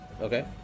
okay